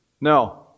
No